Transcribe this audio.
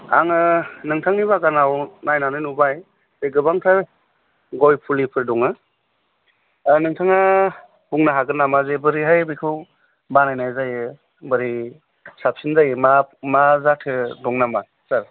आङो नोंथांनि बागानाव नायनानै नुबाय गोबांथार गय फुलिफोर दङ नोंथाङा बुंनो हागोन नामा जे बोरैहाय बेखौ बानायनाय जायो बोरै साबसिन जायो मा मा जाथो दं नामा सार